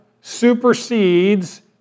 supersedes